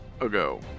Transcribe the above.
ago